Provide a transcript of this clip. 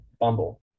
Bumble